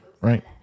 right